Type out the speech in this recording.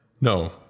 No